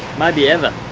maybe ever.